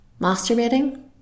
masturbating